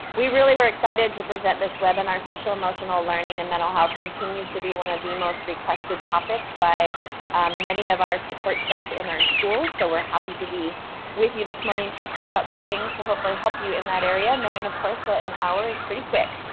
we really were excited to present this webinar, social emotional learning and mental health continues to be one of the most requested topics by many of our support staff in our schools, so we're happy to be with you this morning talking about some things to hopefully help you in that area, knowing of course that an hour is pretty quick.